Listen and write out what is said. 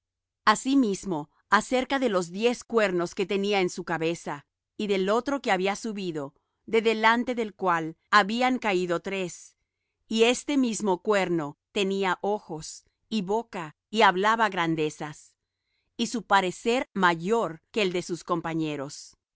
pies asimismo acerca de los diez cuernos que tenía en su cabeza y del otro que había subido de delante del cual habían caído tres y este mismo cuerno tenía ojos y boca que hablaba grandezas y su parecer mayor que el de sus compañeros